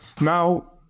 now